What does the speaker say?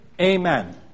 amen